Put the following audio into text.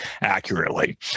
accurately